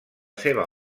seva